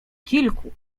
kilku